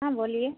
हाँ बोलिए